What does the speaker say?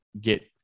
get